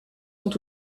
sont